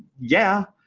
yeah.